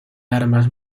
armas